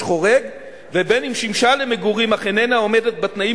חורג ובין ששימשה למגורים אך איננה עומדת בתנאים